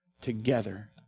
together